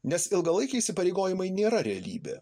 nes ilgalaikiai įsipareigojimai nėra realybė